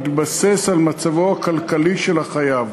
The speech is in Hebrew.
בהתבסס על מצבו הכלכלי של החייב.